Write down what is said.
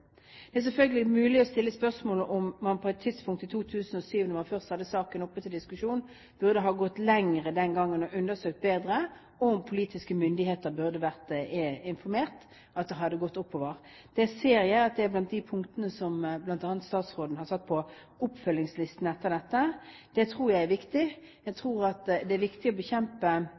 på et tidspunkt i 2007, da man først hadde saken oppe til diskusjon, burde ha gått lenger og undersøkt bedre om politiske myndigheter burde ha vært informert, at det burde ha gått oppover. Det ser jeg er blant de punktene som bl.a. statsråden har satt på oppfølgingslisten etter dette. Det tror jeg er viktig. Jeg tror at det er viktig å bekjempe